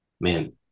man